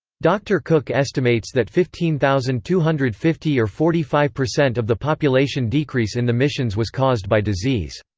dr. cook estimates that fifteen thousand two hundred and fifty or forty five percent of the population decrease in the missions was caused by disease.